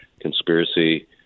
conspiracy